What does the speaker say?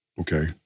okay